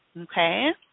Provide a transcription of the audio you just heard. okay